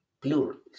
plurals